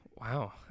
Wow